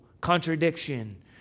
contradiction